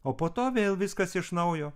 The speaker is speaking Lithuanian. o po to vėl viskas iš naujo